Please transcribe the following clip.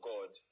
God